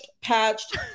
patched